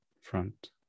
front